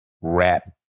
wrap